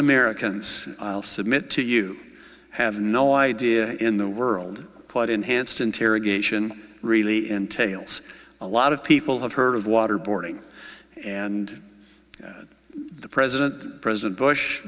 americans i'll submit to you have no idea in the world quote enhanced interrogation really entails a lot of people have heard of waterboarding and the president president bush